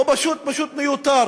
הוא פשוט מיותר.